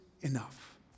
enough